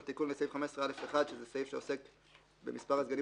תיקון גם לסעיף 15א(1) שזה סעיף שעוסק במספר הסגנים